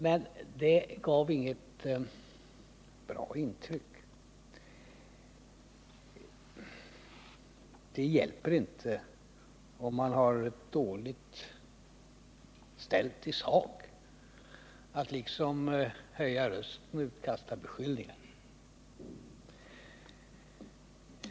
Men det gör inget gott intryck. Det hjälper inte, om man har det dåligt ställt i sak, att höja rösten och utkasta beskyllningar.